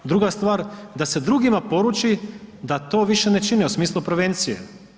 Druga stvar, da se drugima poruči da to više ne čine u smislu prevencije.